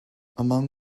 among